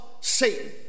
Satan